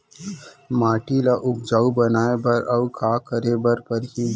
माटी ल उपजाऊ बनाए बर अऊ का करे बर परही?